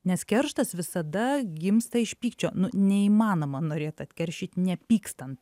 nes kerštas visada gimsta iš pykčio nu neįmanoma norėt atkeršyt nepykstant